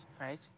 Right